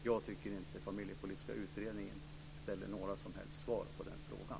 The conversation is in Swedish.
Jag tycker inte att den familjepolitiska utredningen ger några som helst svar på den frågan.